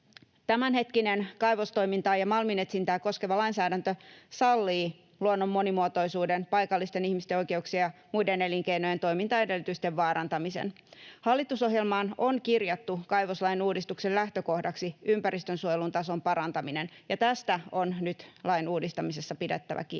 Tämänhetkinen kaivostoimintaa ja malminetsintää koskeva lainsäädäntö sallii luonnon monimuotoisuuden, paikallisten ihmisten oikeuksien ja muiden elinkeinojen toimintaedellytysten vaarantamisen. Hallitusohjelmaan on kirjattu kaivoslain uudistuksen lähtökohdaksi ympäristönsuojelun tason parantaminen, ja tästä on nyt lain uudistamisessa pidettävä kiinni.